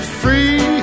free